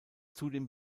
zudem